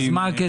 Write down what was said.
אז מה הקשר?